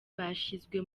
bashyizwe